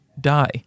die